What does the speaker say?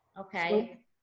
okay